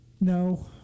No